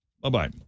Bye-bye